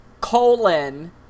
colon